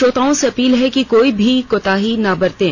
श्रोताओं से अपील है कि कोई भी कोताही न बरतें